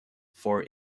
for